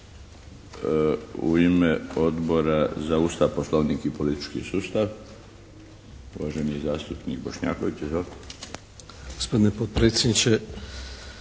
U ime Odbora za Ustav, Poslovnik i politički sustav uvaženi zastupnik Bošnjaković. Izvolite.